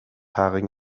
haarigen